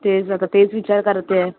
तेच आता तेच विचार करते आहे